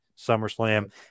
SummerSlam